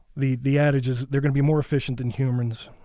the the adage is they're going to be more efficient than humans.